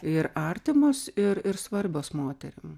ir artimos ir ir svarbios moterim